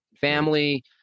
family